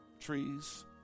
trees